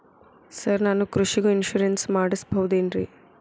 Sir ನಾನು ಕೃಷಿಗೂ insurance ಮಾಡಸಬಹುದೇನ್ರಿ?